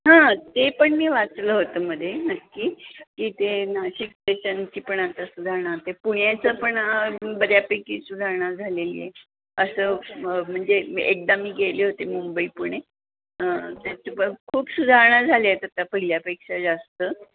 हां ते पण मी वाचलं होतं मध्ये नक्की की ते नाशिक स्टेशनची पण आता सुधारणार ते पुण्याचं पण बऱ्यापैकी सुधारणा झालेली आहे असं म्हणजे एकदा मी गेले होते मुंबई पुणे त्याचे खूप सुधारणा झाल्यात आता पहिल्यापेक्षा जास्त